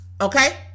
Okay